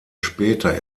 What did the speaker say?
später